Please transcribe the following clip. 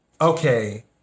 okay